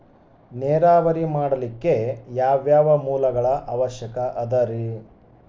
ನೇರಾವರಿ ಮಾಡಲಿಕ್ಕೆ ಯಾವ್ಯಾವ ಮೂಲಗಳ ಅವಶ್ಯಕ ಅದರಿ?